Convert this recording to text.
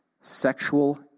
Sexual